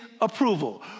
approval